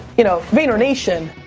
you know, vayner nation,